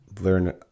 learn